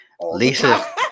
Lisa